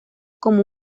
como